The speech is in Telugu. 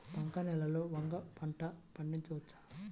బంక నేలలో వంగ పంట పండించవచ్చా?